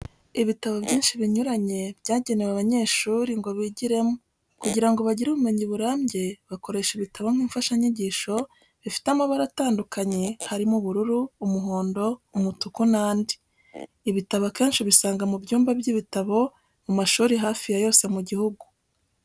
Ibitabo byinshi binyuranye byagenewe abanyeshuri ngo bigiremo kugira ngo bagire ubumenyi burambye bakoresha ibitabo nk'imfashanyigisho, bifite amabara atandukanye harimo ubururu, umuhondo, umutuku n'andi. Ibitabo akenshi ubisanga mu byumba by'ibitabo mu mashuri hafi ya yose mu gihugu.